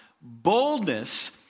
boldness